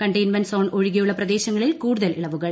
containment zone ഒഴികെയുള്ള പ്രദേശങ്ങളിൽ കൂടുതൽ ഇളവുകൾ